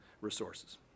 resources